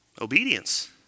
Obedience